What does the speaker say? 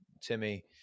Timmy